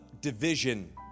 division